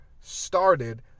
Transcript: started